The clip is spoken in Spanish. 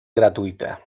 gratuita